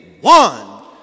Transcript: one